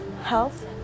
health